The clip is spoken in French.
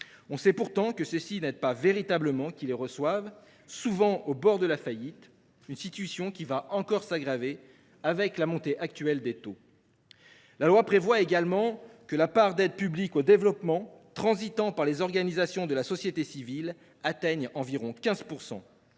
On sait pourtant que ceux ci n’aident pas véritablement les pays qui les reçoivent, lesquels sont souvent au bord de la faillite. Ce constat va encore s’aggraver avec la montée actuelle des taux. La loi prévoit également que la part d’aide publique au développement transitant par les organisations de la société civile atteigne environ 15 %.